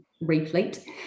replete